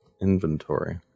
inventory